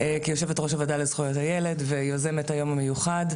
כיושבת ראש הוועדה לזכויות הילד ויוזמת היום המיוחד.